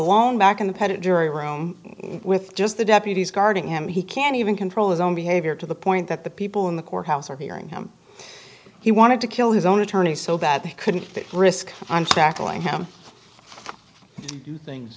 lone back in the pettit jury room with just the deputies guarding him he can't even control his own behavior to the point that the people in the courthouse are hearing him he wanted to kill his own attorney so that they couldn't risk on tackling him things